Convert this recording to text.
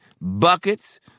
buckets